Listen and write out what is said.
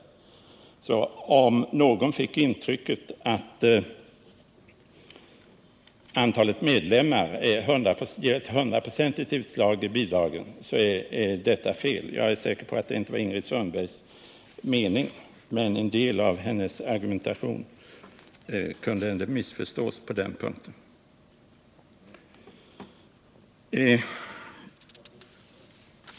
Om någon av Ingrid Sundbergs argumentering fick intrycket att antalet medlemmar ger ett 100-procentigt utslag i bidragen, så är detta fel. Jag är säker på att det inte var Ingrid Sundbergs mening, men en del av hennes argumentation kunde ändå missförstås på den punkten.